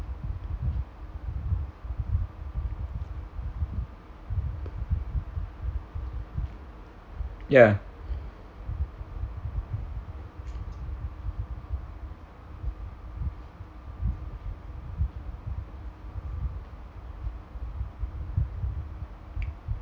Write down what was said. ya